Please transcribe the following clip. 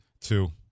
Two